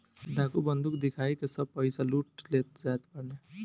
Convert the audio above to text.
डाकू बंदूक दिखाई के सब पईसा लूट ले जात बाने